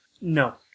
No